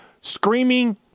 Screaming